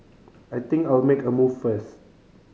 I think I'll make a move first